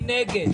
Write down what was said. מי נגד,